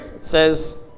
says